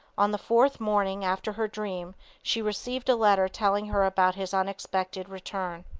on the fourth morning after her dream she received a letter telling her about his unexpected return.